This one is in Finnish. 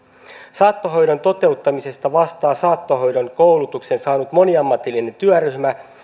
saattohoidon toteuttamisesta vastaa saattohoidon koulutuksen saanut moniammatillinen työryhmä